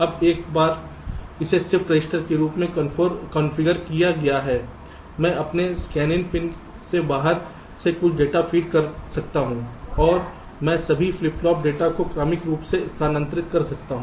अब एक बार इसे शिफ्ट रजिस्टर के रूप में कॉन्फ़िगर किया गया है मैं अपने Scanin पिन से बाहर से कुछ डेटा फ़ीड कर सकता हूं और मैं सभी फ्लिप फ्लॉप डेटा को क्रमिक रूप से स्थानांतरित कर सकता हूं